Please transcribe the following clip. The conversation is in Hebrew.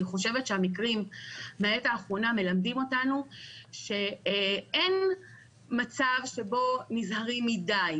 אני חושבת שהמקרים בעת האחרונה מלמדים אותנו שאין מצב שבו נזהרים מידיי.